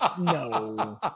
No